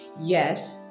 Yes